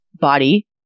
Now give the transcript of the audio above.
body